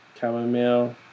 Chamomile